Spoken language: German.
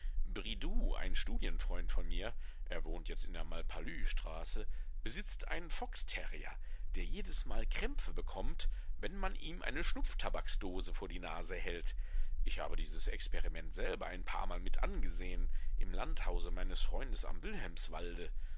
ein studienfreund von mir er wohnt jetzt in der malpalu straße besitzt einen foxterrier der jedesmal krämpfe bekommt wenn man ihm eine schnupftabaksdose vor die nase hält ich habe dieses experiment selber ein paarmal mit angesehen im landhause meines freundes am wilhelmswalde